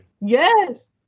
Yes